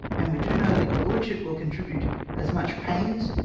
and we do know that your lordship will contribute as much pains,